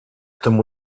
tomu